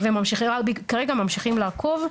כרגע ממשיכים לעקוב,